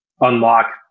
unlock